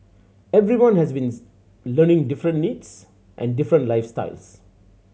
everyone has been learning different needs and different life styles